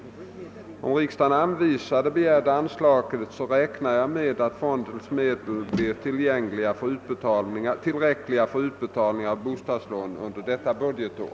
Om riksdagen anvisar det begärda anslaget räknar jag med att fondens medel blir tillräckliga för utbetalningarna av bostadslån under detta budgetår.